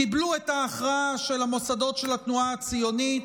קיבלו את ההכרעה של המוסדות של התנועה הציונית